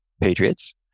patriots